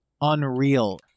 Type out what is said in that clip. unreal